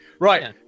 Right